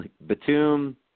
Batum